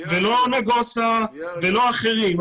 לא נגוסה ולא אחרים.